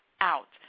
out